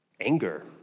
anger